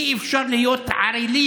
אי-אפשר להיות ערלים